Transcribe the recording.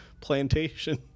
plantation